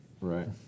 right